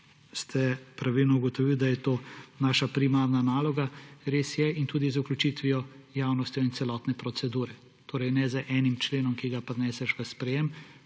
ste pravilno ugotovili, da je to naša primarna naloga, res je, in tudi z vključitvijo javnostjo in celotne procedure. Torej ne z enim členom, ki ga prineseš v sprejem,